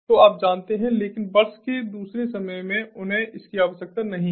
तो आप जानते हैं लेकिन वर्ष के दूसरे समय में उन्हें इसकी आवश्यकता नहीं है